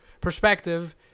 perspective